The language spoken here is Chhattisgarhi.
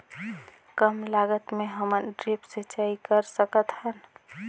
कम लागत मे हमन ड्रिप सिंचाई कर सकत हन?